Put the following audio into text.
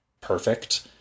perfect